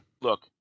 look